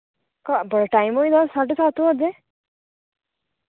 बड़ा टाइम होई दा साढे सत्त होआ दे